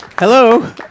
Hello